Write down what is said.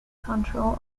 control